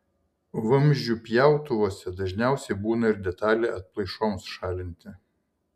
vamzdžių pjautuvuose dažniausiai būna ir detalė atplaišoms šalinti